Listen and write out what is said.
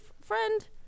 friend